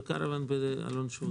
בקרוון באלון שבות.